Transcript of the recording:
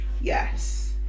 yes